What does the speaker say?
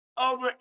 over